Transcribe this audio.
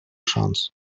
шанс